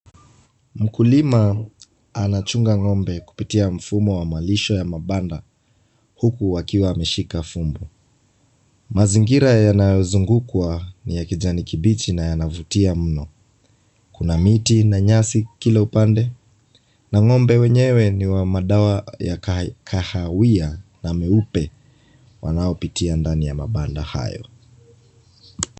Mkulima anachunga ng'ombe kupitia mfumo wa malisho ya mabanda huku akiwa ameshika fimbo. Mazingira yanayo zungukwa ni ya kijani kibichi na yanavutia mno. Kuna miti na nyasi kila upande, na ng'ombe wenyewe ni wa madoa ya kahawia na meupe wanao pitia ndani ya mabanda hayo.